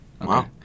Wow